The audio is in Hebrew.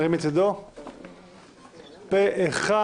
הצבעה בעד בקשת הממשלה פה אחד